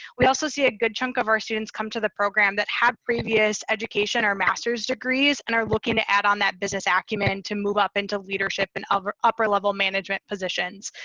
we also see a good chunk of our students come to the program that have previous education or masters degrees and are looking to add on that business acumen to move up into leadership and upper upper level management positions.